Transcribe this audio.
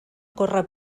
corre